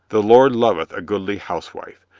the lord loveth a goodly housewife!